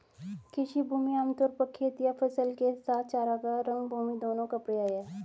कृषि भूमि आम तौर पर खेत या फसल के साथ चरागाह, रंगभूमि दोनों का पर्याय है